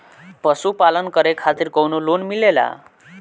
पशु पालन करे खातिर काउनो लोन मिलेला?